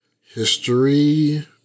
History